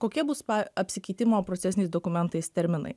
kokie bus apsikeitimo procesiniais dokumentais terminai